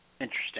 Interesting